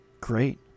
great